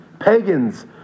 Pagans